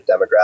demographic